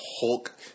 Hulk